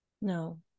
No